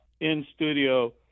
in-studio